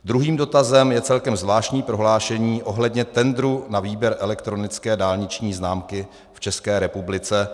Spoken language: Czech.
Druhý dotazem je celkem zvláštní prohlášení ohledně tendru na výběr elektronické dálniční známky v České republice.